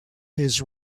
his